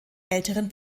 älteren